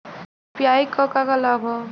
UPI क का का लाभ हव?